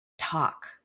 talk